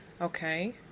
okay